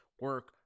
Work